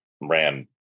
ran